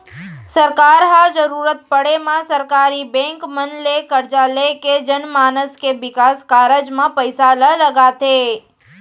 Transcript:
सरकार ह जरुरत पड़े म सरकारी बेंक मन ले करजा लेके जनमानस के बिकास कारज म पइसा ल लगाथे